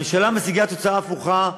הממשלה משיגה תוצאה הפוכה,